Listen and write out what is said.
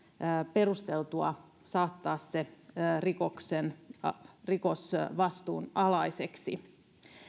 perusteltua saattaa se rikosvastuun alaiseksi